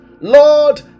Lord